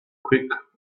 quick